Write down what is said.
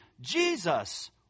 Jesus